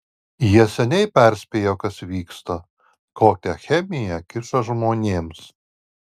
jie seniai perspėjo kas vyksta kokią chemiją kiša žmonėms